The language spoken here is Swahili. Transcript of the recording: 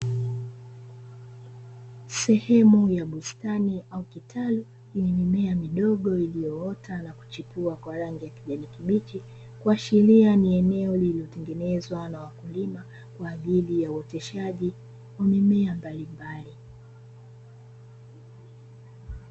Sehemu ya bustani au kitalu yenye mimea midogo iliyoota na kuchipua kwa rangi ya kijani kibichi kuashiria ni eneo lililotengenezwa na wakulima kwa ajili ya uoteshaji wa mimea mbali mbali.